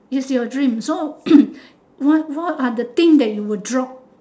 is your dream so what what are the thing that you will drop